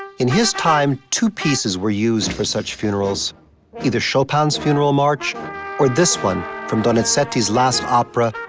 in his time, two pieces were used for such funerals either chopin's funeral march or this one from donizetti's last opera,